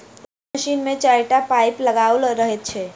एहि मशीन मे चारिटा पाइप लगाओल रहैत छै